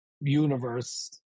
universe